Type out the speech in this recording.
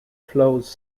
flows